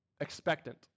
Expectant